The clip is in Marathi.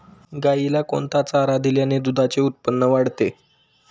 गाईला कोणता चारा दिल्याने दुधाचे उत्पन्न वाढते?